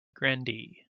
grandee